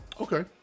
Okay